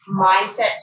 mindset